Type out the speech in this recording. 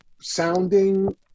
sounding